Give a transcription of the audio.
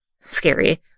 Scary